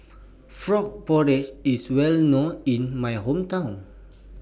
Frog Porridge IS Well known in My Hometown